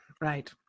right